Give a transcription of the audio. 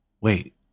wait